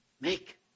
make